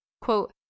quote